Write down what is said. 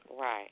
right